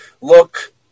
look